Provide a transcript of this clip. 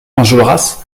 enjolras